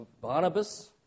Barnabas